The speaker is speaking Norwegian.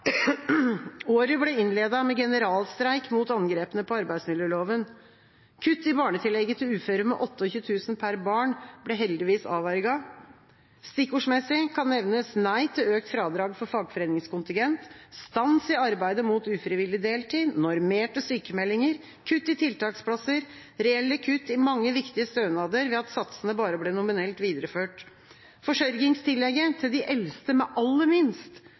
Året ble innledet med generalstreik mot angrepene på arbeidsmiljøloven. Kutt i barnetillegget til uføre, med 28 000 kr pr barn ble heldigvis avverget. Stikkordsmessig kan nevnes: nei til økt fradrag for fagforeningskontingent, stans i arbeidet mot ufrivillig deltid, normerte sykmeldinger, kutt i tiltaksplasser, reelle kutt i mange viktige stønader ved at satsene bare ble nominelt videreført. Forsørgingstillegget for de eldste med aller minst,